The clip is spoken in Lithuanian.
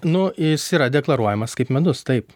nu jis yra deklaruojamas kaip medus taip